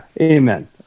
amen